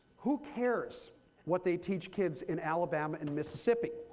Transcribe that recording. who cares what they teach kids in alabama and mississippi?